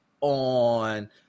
on